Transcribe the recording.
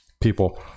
people